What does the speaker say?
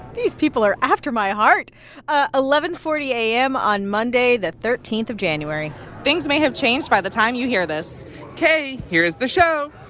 these people are after my heart ah eleven forty a m. on monday, the thirteenth of january things may have changed by the time you hear this ok, here is the show